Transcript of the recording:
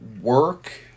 work